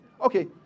Okay